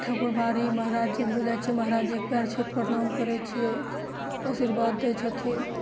ठाकुर बाड़ीमे महाराज जी भीरू जाइ छियै महाराज जीके पयर छूके प्रणाम करय छियै अशीर्वाद दै छथिन